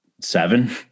seven